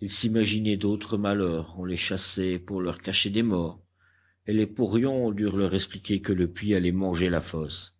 ils s'imaginaient d'autres malheurs on les chassait pour leur cacher des morts et les porions durent leur expliquer que le puits allait manger la fosse